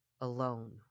alone